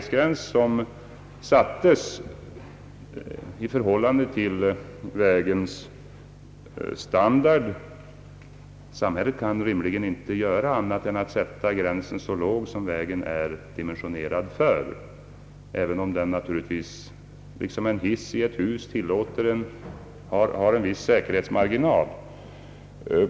Samhället kan rimligen inte göra annat än att sätta gränsen så låg som vägen är dimensionerad för, även om denna naturligtvis liksom en hiss i en byggnad har en viss säkerhetsmarginal.